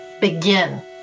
begin